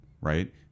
right